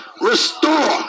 Restore